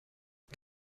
het